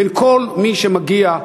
בין כל מי שמגיע,